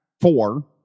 four